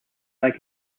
make